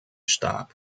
starb